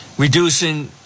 Reducing